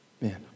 man